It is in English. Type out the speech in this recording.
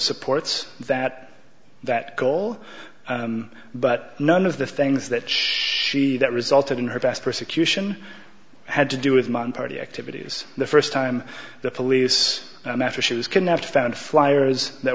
supports that that goal but none of the things that she that resulted in her past persecution had to do with money party activities the first time the police after she was kidnapped found fliers that